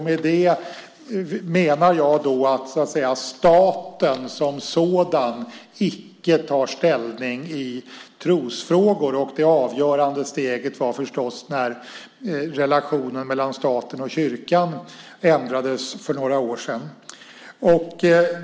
Med det menar jag att staten som sådan icke tar ställning i trosfrågor. Och det avgörande steget var förstås när relationen mellan staten och kyrkan ändrades för några år sedan.